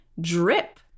drip